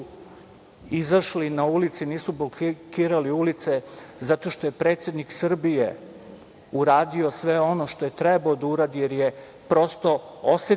izašli na ulice i nisu blokirali ulice zato što je predsednik Srbije uradio sve ono što je trebalo da uradi jer je prosto osetio